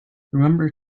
remember